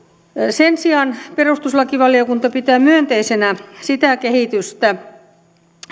sen sijaan perustuslakivaliokunta pitää myönteisenä sitä kehitystä